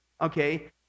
okay